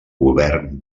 govern